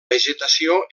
vegetació